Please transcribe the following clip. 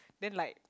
then like